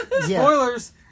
Spoilers